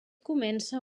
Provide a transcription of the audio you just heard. comença